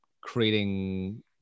creating